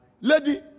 Lady